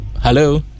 Hello